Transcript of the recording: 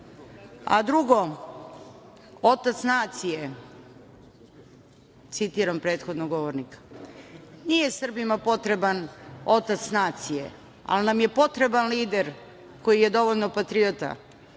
jeres. Drugo, otac nacije, citiram prethodnog govornika, nije Srbima potreban otac nacije, ali nam je potreban lider koji je dovoljno patriota,